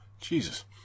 Jesus